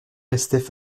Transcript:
restaient